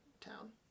town